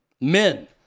men